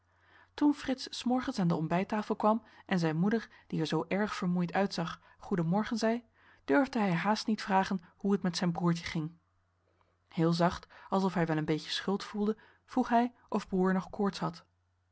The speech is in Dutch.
toen frits s morgens aan de ontbijttafel kwam en zijn moeder die er zoo erg vermoeid uitzag goeden morgen zei durfde hij haast niet vragen hoe het met zijn broertje ging heel zacht alsof hij wel een beetje schuld voelde vroeg hij of broer nog koorts had